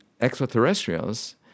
extraterrestrials